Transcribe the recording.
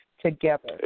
together